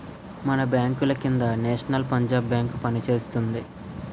మన బాంకుల కింద నేషనల్ పంజాబ్ బేంకు పనిచేస్తోంది